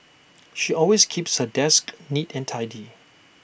she always keeps her desk neat and tidy